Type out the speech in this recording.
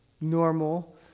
normal